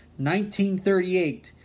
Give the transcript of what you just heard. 1938